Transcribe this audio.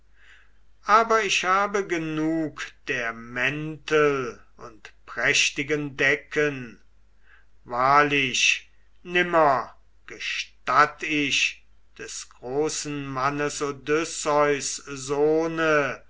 aber ich habe genug der mäntel und prächtigen decken wahrlich nimmer gestatt ich des großen mannes odysseus